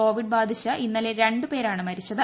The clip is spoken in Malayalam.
കോവിഡ് ബാധിച്ച് ഇന്നലെ രണ്ടു പേരാണ് മരിച്ചിത്